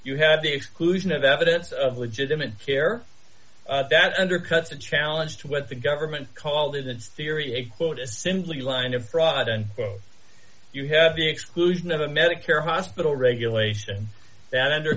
you have the exclusion of evidence of legitimate care that undercuts the challenge to what the government called the theory a quote simply line of fraud and you have the exclusion of a medicare hospital regulation that under